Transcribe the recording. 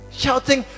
shouting